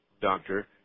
doctor